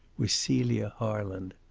was celia harland.